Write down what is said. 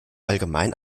allgemein